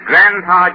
Grandpa